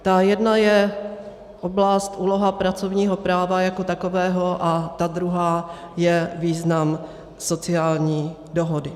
Ta jedna je oblast, úloha pracovního práva jako takového a druhá je význam sociální dohody.